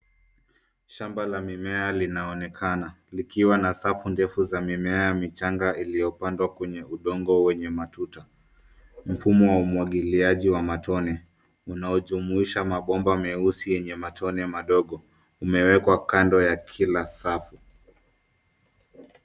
Shamba la mimea linaonekana likiwa na safu ndefu za mimea michanga iliyopangwa kwenye udongo wenye matuta, mfumo wa umwagiliaji wa matone unaojumuisha mabomba meusi na yenye matone madogo umewekwa kando ya kila safu.